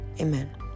Amen